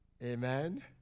Amen